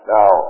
Now